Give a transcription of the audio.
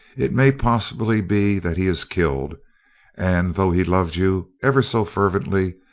it may possibly be that he is killed and though he loved you ever so fervently,